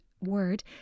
word